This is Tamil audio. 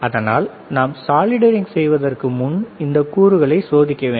அதனால் நாம் சாலிடரிங் செய்வதற்கு முன் இந்தக் கூறுகளை சோதிக்க வேண்டும்